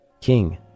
King